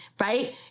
right